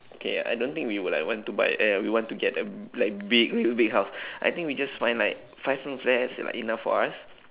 okay I don't think we would like want to buy uh we want to get a like big big house I think we just find like five room flats like enough for us